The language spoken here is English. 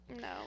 No